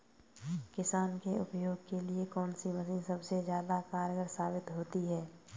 किसान के उपयोग के लिए कौन सी मशीन सबसे ज्यादा कारगर साबित होती है?